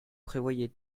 prévoyez